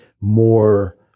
more